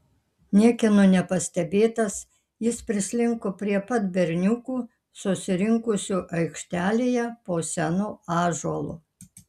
niekieno nepastebėtas jis prislinko prie pat berniukų susirinkusių aikštelėje po senu ąžuolu